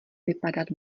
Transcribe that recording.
vypadat